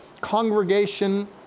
congregation